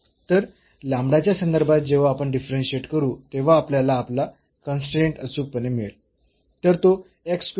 तर च्या संदर्भात जेव्हा आपण डिफरन्शियेट करू तेव्हा आपल्याला आपला कन्स्ट्रेन्ट अचूकपणे मिळेल